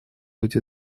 быть